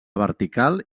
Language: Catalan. vertical